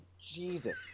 Jesus